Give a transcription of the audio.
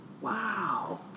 Wow